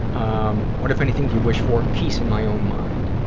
um what, if anything, do you wish for? peace in my own mind.